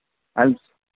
ಅಲ್ಲಿ